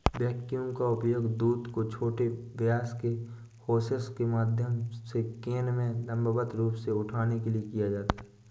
vacuum का उपयोग दूध को छोटे व्यास के होसेस के माध्यम से कैन में लंबवत रूप से उठाने के लिए किया जाता है